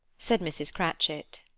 said mrs. cratchit.